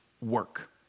work